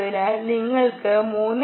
അതിനാൽ നിങ്ങൾക്ക് 3